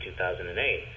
2008